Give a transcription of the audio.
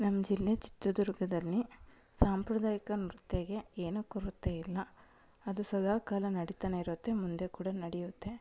ನಮ್ಮ ಜಿಲ್ಲೆ ಚಿತ್ರದುರ್ಗದಲ್ಲಿ ಸಾಂಪ್ರದಾಯಿಕ ನೃತ್ಯಕೆ ಏನೂ ಕೊರತೆ ಇಲ್ಲ ಅದು ಸದಾ ಕಾಲ ನಡೀತಾನೆ ಇರುತ್ತೆ ಮುಂದೆ ಕೂಡ ನಡೆಯುತ್ತೆ